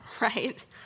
right